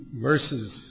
verses